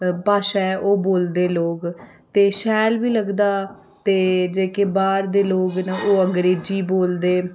भाशा ऐ ओह् बोलदे लोक ते शैल बी लगदा ते जेह्के बाह्र दे लोक न ओह् अग्रेंजी बोलदे